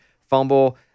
fumble